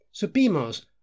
Supimos